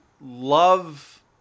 love